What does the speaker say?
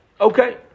Okay